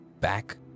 back